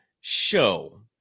show